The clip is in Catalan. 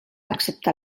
excepte